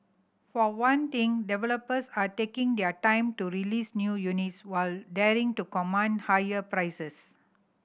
for one thing developers are taking their time to release new units while daring to command higher prices